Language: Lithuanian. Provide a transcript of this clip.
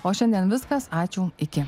o šiandien viskas ačiū iki